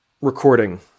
recording